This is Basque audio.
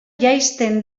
jaisten